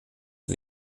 for